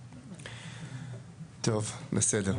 טוב, בסדר.